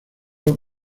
dos